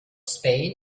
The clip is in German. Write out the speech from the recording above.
spain